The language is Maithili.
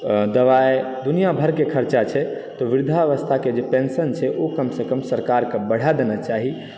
आइ दबाइ दुनिया भरि के खरचा छै त वृद्धावस्था के जे पेंशन छै ओ कम से कम सरकार के बढ़ा देना चाही